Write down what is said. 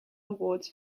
awards